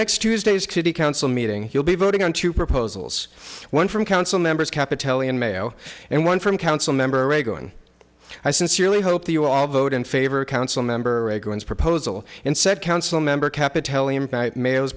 next tuesday's kitty council meeting he'll be voting on two proposals one from council members capitally and mayo and one from council member reagan i sincerely hope that you all vote in favor of council member reagan's proposal and said council member